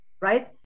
right